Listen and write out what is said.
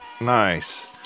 Nice